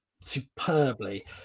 superbly